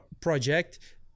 project